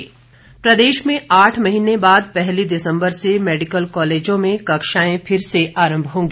college खुले प्रदेश में आठ महीने के बाद पहली दिसंबर से मेडिकल कॉलेजों में कक्षाएं फिर से आरंभ होंगी